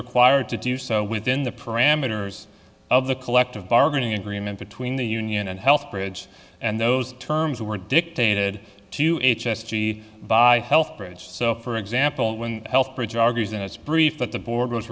required to do so within the parameters of the collective bargaining agreement between the union and health bridge and those terms were dictated to h s g by health bridge so for example when health bridge argues in its brief that the borders